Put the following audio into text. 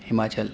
Himachal